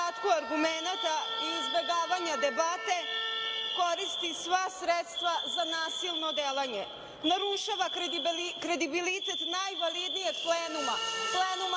nedostatku argumenata i izbegavanja debate koristi sva sredstva za nasilno delanje, narušava kredibilitet najvalidnijeg plenuma,